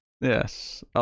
Yes